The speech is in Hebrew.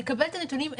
לקבל את הנתונים,